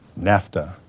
NAFTA